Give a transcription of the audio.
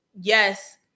Yes